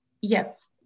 Yes